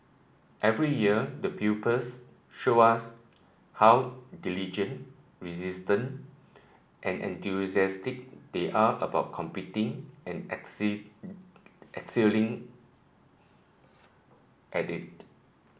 every year the pupils show us how diligent resilient and enthusiastic they are about competing and excelling at it